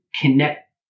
connect